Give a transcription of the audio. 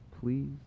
please